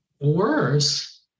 worse